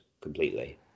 completely